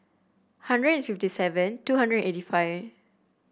hundred and fifty seven two hundred eighty five